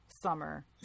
summer